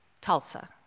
Tulsa